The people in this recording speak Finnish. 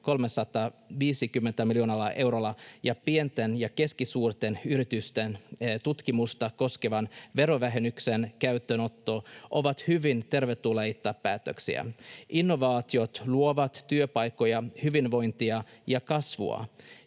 350 miljoonalla eurolla ja pienten ja keskisuurten yritysten tutkimusta koskevan verovähennyksen käyttöönotto ovat hyvin tervetulleita päätöksiä. Innovaatiot luovat työpaikkoja, hyvinvointia ja kasvua